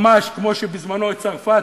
ממש כמו שבזמנה, את צרפת